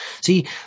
See